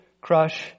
crush